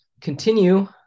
continue